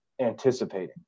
anticipating